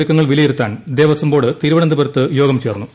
ഒരുക്കങ്ങൾ വിലയിരുത്താൻ ദേവസ്വം ബോർഡ് തിരുവനന്തപുരത്ത് യോഗം ചേർന്നു